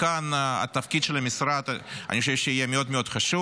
ואני חושב שכאן התפקיד של המשרד יהיה מאוד מאוד חשוב,